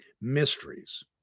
mysteries